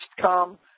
come